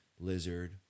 lizard